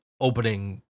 opening